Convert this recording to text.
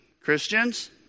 Christians